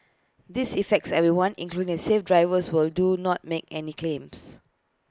this affects everyone including safe drivers who'll do not make any claims